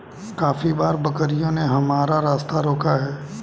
काफी बार बकरियों ने हमारा रास्ता रोका है